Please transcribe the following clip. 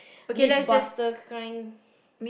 Myth Buster kind